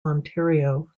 ontario